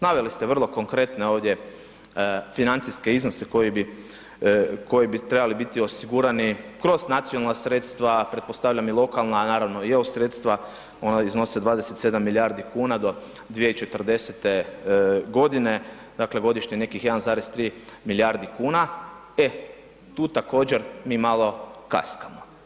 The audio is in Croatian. Naveli ste vrlo konkretne ovdje financijske iznose koji bi, koji bi trebali biti osigurani kroz nacionalna sredstva, pretpostavljam i lokalna, naravno i EU sredstva ona iznose 27 milijardi kuna do 2040. godine, dakle godišnje nekih 1,3 milijardi kuna, e tu također mi malo kaskamo.